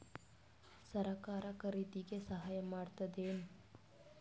ಸರಕಾರ ಖರೀದಿಗೆ ಸಹಾಯ ಮಾಡ್ತದೇನು?